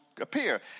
appear